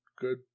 Good